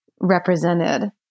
represented